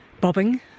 Bobbing